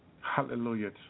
Hallelujah